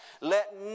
Let